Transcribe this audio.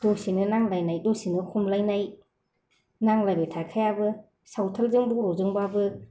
दसेनो नांलायनाय दसेनो खमलायनाय नांलायबाय थाखायाबो सावथालजों बर'जोंबाबो